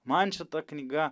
man šita knyga